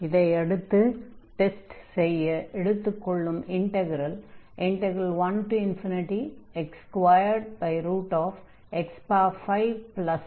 இதை அடுத்து convergence test செய்ய எடுத்துக் கொள்ளும் இன்டக்ரல் 1x2x51dx ஆகும்